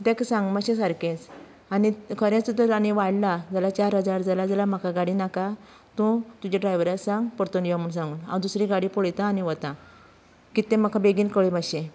तेका सांग मातशें सारकेंच आनी खरेंच तर वाडला जाल्यार चार हजार जालां जाल्यार म्हाका गाडी नाका तूं तुज्या ड्रायव्हरांक सांग परतून यो म्हण सांग हांव दुसरी गाडी पळयता आनी वता कितें तें म्हाका बेगीन कळय मातशें